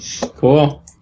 Cool